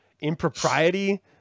impropriety